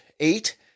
eight